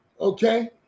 Okay